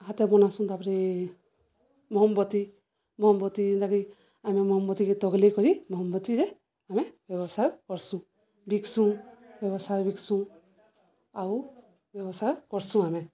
ହାତେ ବନାସୁଁ ତାପରେ ମୋହମବତୀ ମୋହମବତୀ ଯେନ୍ତାକି ଆମେ ମୋହମବତୀକେ ତଗ୍ଲେଇ କରି ମୋହମବତରେ ଆମେ ବ୍ୟବସାୟ କର୍ସୁଁ ବିକ୍ସୁଁ ବ୍ୟବସାୟ ବିକ୍ସୁଁ ଆଉ ବ୍ୟବସାୟ କର୍ସୁଁ ଆମେ